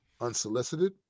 unsolicited